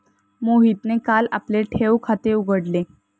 मोहितने काल आपले ठेव खाते उघडले